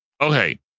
okay